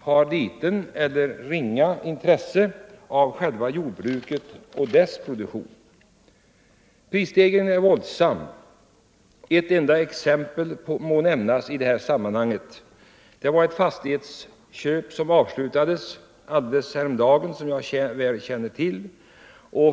har litet eller ringa intresse av själva jordbruket och dess produktion. Prisstegringen är våldsam. Ett enda exempel må nämnas i detta sam manhang. Det var ett fastighetsköp som avslutades häromdagen och som jag väl känner till.